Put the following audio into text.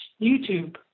YouTube